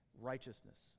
Righteousness